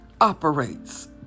operates